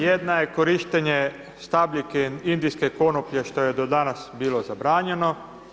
Jedna je korištenje stabljike indijske konoplje, što je do danas bilo zabranjeno.